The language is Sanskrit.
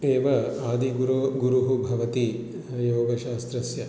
एव आदिगुरोः गुरुः भवति योगशास्त्रस्य